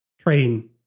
train